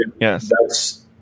Yes